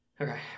Okay